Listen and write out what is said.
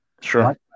Sure